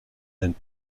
and